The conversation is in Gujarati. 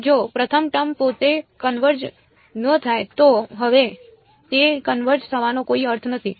તેથી જો પ્રથમ ટર્મ પોતે કન્વર્જ ન થાય તો હવે તે કન્વર્જ થવાનો કોઈ અર્થ નથી